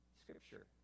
Scripture